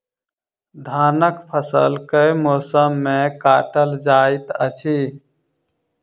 धानक फसल केँ मौसम मे काटल जाइत अछि?